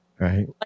Right